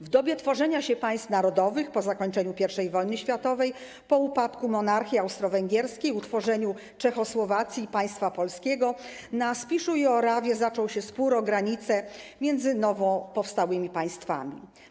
W dobie tworzenia się państw narodowych po zakończeniu I wojny światowej, po upadku monarchii austro-węgierskiej, utworzeniu Czechosłowacji i państwa polskiego na Spiszu i Orawie zaczął się spór o granice między nowo powstałymi państwami.